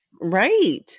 Right